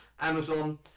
Amazon